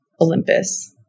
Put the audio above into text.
Olympus